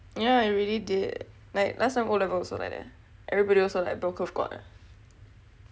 you know I really did like last time o levels also like that everybody also like bell curve god